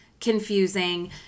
confusing